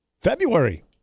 February